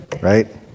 right